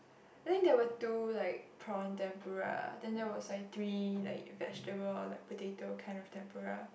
I think there were two like prawn tempura then there was like three like vegetable or like potato kind of tempura